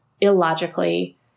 illogically